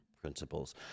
principles